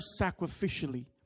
sacrificially